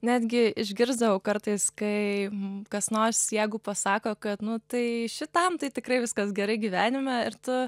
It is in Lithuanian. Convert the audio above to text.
netgi išgirsdavau kartais kai kas nors jeigu pasako kad nu tai šitam tai tikrai viskas gerai gyvenime ir tu